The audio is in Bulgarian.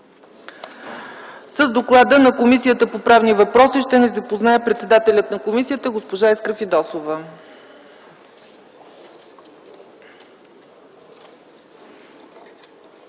С доклада на Комисията по правни въпроси ще ни запознае председателят на комисията госпожа Искра Фидосова.